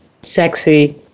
sexy